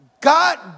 God